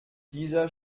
dieser